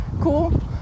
cool